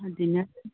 ꯍꯥꯏꯗꯤꯅ